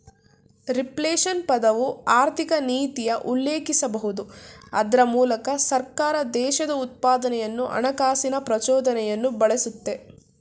reflation ಪದವು ಆರ್ಥಿಕನೀತಿಯ ಉಲ್ಲೇಖಿಸಬಹುದು ಅದ್ರ ಮೂಲಕ ಸರ್ಕಾರ ದೇಶದ ಉತ್ಪಾದನೆಯನ್ನು ಹಣಕಾಸಿನ ಪ್ರಚೋದನೆಯನ್ನು ಬಳಸುತ್ತೆ